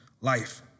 life